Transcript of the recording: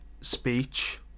speech